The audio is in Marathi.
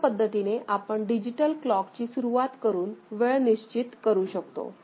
अशा पद्धतीने आपण डिजिटल क्लॉक ची सुरुवात करून वेळ निश्चित करू शकतो